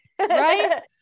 right